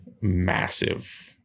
massive